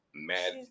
mad